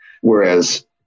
whereas